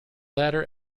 latter